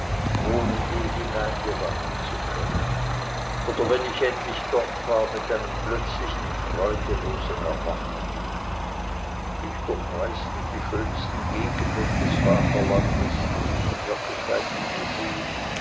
ohne je hineingelangen zu können oder wenn ich endlich dort war mit einem plötzlichen freudelosen erwachen ich durchreiste die schönsten gegenden des vaterlandes die ich in wirklichkeit nie gesehen